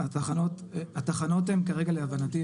התחנות הן כרגע להבנתי,